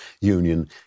union